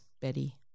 Betty